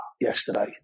yesterday